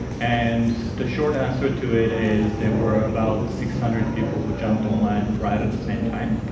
and the short answer to it is there were about six hundred people who jumped online right at the same time.